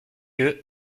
eux